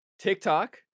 TikTok